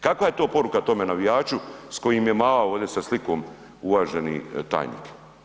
Kakva je to poruka tome navijaču s kojim je mahao ovdje sa slikom uvaženi tajnik?